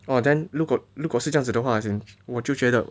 !wah! then 如果如果是这样子的话 as in 我就觉得